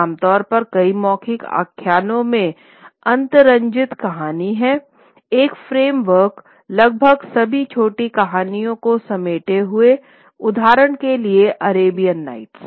आमतौर पर कई मौखिक आख्यानों में अतिरंजित कहानी है एक फ्रेमवर्क लगभग सभी छोटी कहानियों को समेटे हुए उदाहरण के लिए अरेबियन नाइट्स